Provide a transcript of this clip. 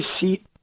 seat